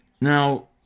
Now